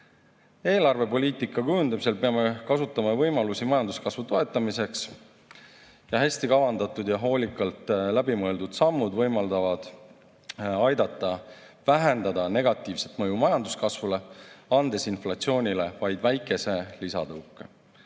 Eelarvepoliitika kujundamisel peame kasutama võimalusi majanduskasvu toetamiseks. Hästi kavandatud ja hoolikalt läbi mõeldud sammud võimaldavad aidata vähendada negatiivset mõju majanduskasvule, andes inflatsioonile vaid väikese lisatõuke.